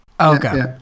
okay